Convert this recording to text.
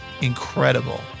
incredible